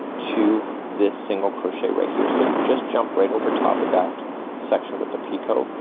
to this single crochet right here. so just jump right over top of that section with the picot,